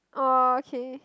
orh okay